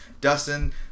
Dustin